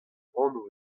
anv